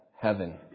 heaven